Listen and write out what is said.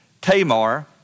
Tamar